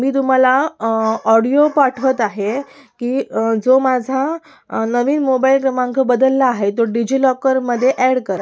मी तुम्हाला ऑडिओ पाठवत आहे की जो माझा नवीन मोबाइल क्रमांक बदलला आहे तो डीजी लॉकरमध्ये ॲड करा